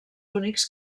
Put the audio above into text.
únics